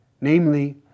Namely